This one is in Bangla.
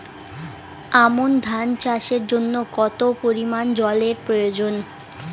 আমন ধান চাষের জন্য কত পরিমান জল এর প্রয়োজন?